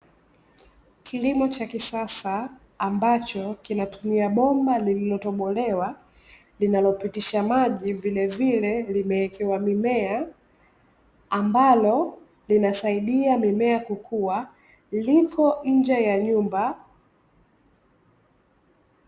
Kilimo cha kisasa ambacho kinatumia bomba lililotobolewa linalopitisha maji, vilevile limewekewa mimea ambalo linasaidia mimea kukua, liko nje ya nyumba.